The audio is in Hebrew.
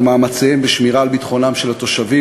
מאמציהם בשמירה על ביטחונם של התושבים.